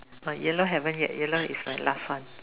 my yellow haven't yet yellow is my last one